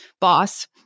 boss